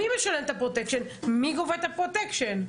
מי משלם את הפרוטקשן ומי גובה את הפרוטקשן?